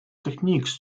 techniques